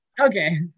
Okay